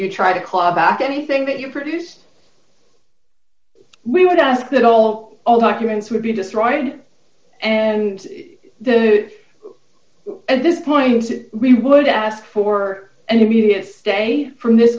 you try to claw back anything that you produce we would ask that all all humans would be destroyed and the at this point we would ask for an immediate stay from this